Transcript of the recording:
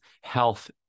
health